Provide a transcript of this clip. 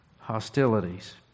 hostilities